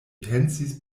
pensis